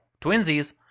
twinsies